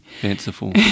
Fanciful